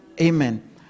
Amen